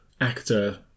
actor